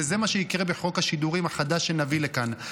וזה מה שיקרה בחוק השידורים החדש שנביא לכאן.